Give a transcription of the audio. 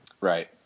Right